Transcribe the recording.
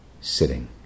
sitting